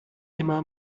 immer